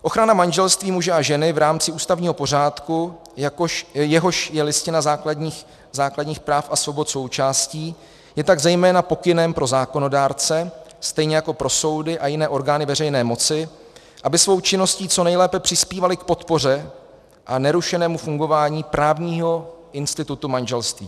Ochrana manželství muže a ženy v rámci ústavního pořádku, jehož je Listina základních práv a svobod součástí, je tak zejména pokynem pro zákonodárce, stejně jako pro soudy a jiné orgány veřejné moci, aby svou činností co nejlépe přispívali k podpoře a nerušenému fungování právního institutu manželství.